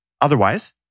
Otherwise